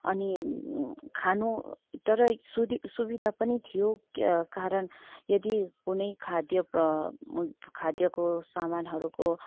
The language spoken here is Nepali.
अनि खानु तर सुविधा पनि थियो कारण यदि कुनै खाद्य खाद्यको समानहरूको